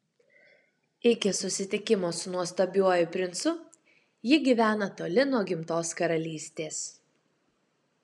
iki susitikimo su nuostabiuoju princu ji gyvena toli nuo gimtos karalystės